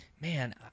Man